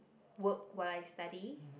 work what I study